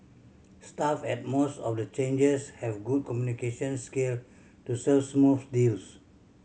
staff at most of the changers have good communication skill to serve smooth deals